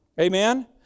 Amen